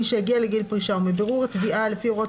מי שהגיע לגיל פרישה ומבירור התביעה לפי הוראות